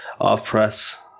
off-press